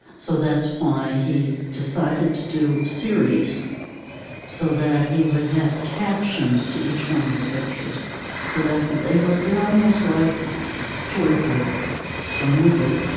so that's why he decided to do series so that he would have captions to each one of the pictures so that they were there almost like storyboards for a movie,